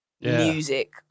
music